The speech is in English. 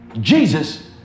Jesus